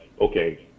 okay